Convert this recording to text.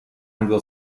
anglo